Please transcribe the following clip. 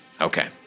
Okay